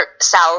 south